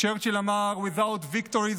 צ'רצ'יל אמר: Without victory,